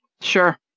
Sure